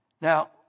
Now